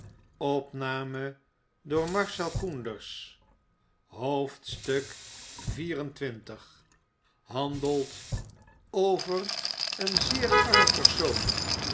xxiv handelt over een zeer arm persoon